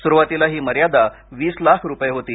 सुरुवातीला ही मर्यादा वीस लाख रुपये होती